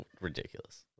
Ridiculous